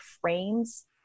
frames